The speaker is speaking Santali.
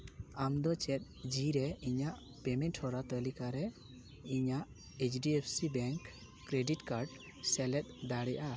ᱟᱢ ᱫᱚ ᱪᱮᱫ ᱡᱤ ᱨᱮ ᱤᱧᱟᱹᱜ ᱯᱮᱢᱮᱱᱴ ᱦᱚᱨᱟ ᱛᱟᱹᱞᱤᱠᱟ ᱨᱮ ᱤᱧᱟᱹᱜ H D F C bank credit card ᱥᱮᱞᱮᱫ ᱫᱟᱲᱮᱭᱟᱜᱼᱟ